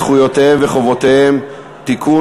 זכויותיהם וחובותיהם (תיקון,